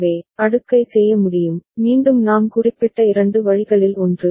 எனவே அடுக்கை செய்ய முடியும் மீண்டும் நாம் குறிப்பிட்ட இரண்டு வழிகளில் ஒன்று